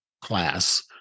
class